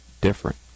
different